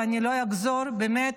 ואני לא אחזור באמת.